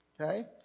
Okay